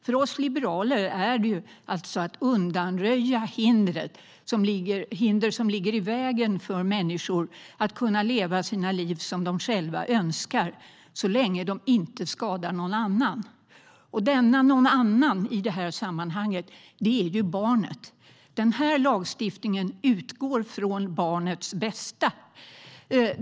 För oss liberaler innebär det att det hinder som ligger i vägen för människor att kunna leva sina liv som de själva önskar undanröjs, så länge de inte skadar någon annan. Denna någon annan är i det här sammanhanget barnet. Den här lagstiftningen utgår från barnets bästa.